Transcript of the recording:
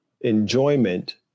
enjoyment